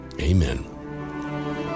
Amen